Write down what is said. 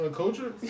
culture